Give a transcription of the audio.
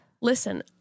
listen